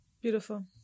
Beautiful